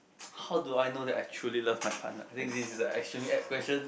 how do I know that I truly love my partner I think this a extremely apt question